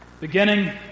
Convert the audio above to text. Beginning